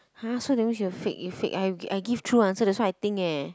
!huh! so that's mean you fake you fake I I give true answer that's what I think eh